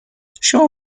شما